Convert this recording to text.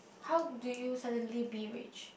how do you suddenly be rich